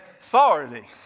authority